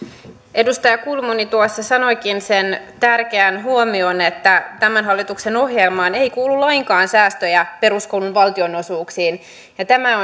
edustaja kulmuni tuossa sanoikin sen tärkeän huomion että tämän hallituksen ohjelmaan ei kuulu lainkaan säästöjä peruskoulun valtionosuuksiin tämä